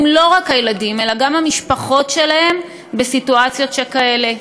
לא רק הילדים אלא גם המשפחות שלהם בסיטואציות שכאלה.